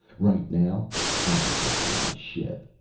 right now i'm protecting my ship.